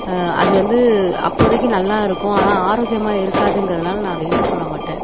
அது வந்து அப்போதைக்கு நல்லாயிருக்கும் ஆனால் ஆரோக்கியமாக இருக்காதுங்கிறதினால நான் அதை யூஸ் பண்ணமாட்டேன்